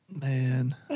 Man